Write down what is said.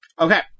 Okay